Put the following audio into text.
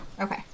Okay